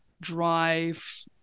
drive